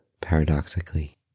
paradoxically